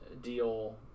deal